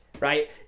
right